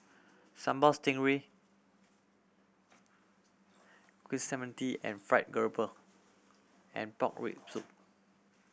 Sambal Stingray fried grouper and pork rib soup